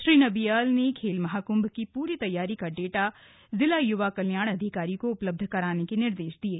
श्री नबियाल ने खेल महाकुम्भ की पूरी तैयारी का डाटा जिला युवा कल्याण अधिकारी को उपलब्ध कराने के निर्देश दिये